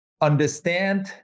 understand